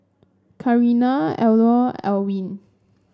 Karina Elnora Ewin